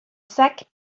sac